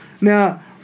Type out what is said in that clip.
now